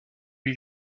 lui